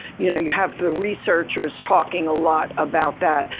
you know, you have the researchers talking a lot about that,